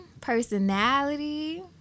personality